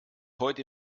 heute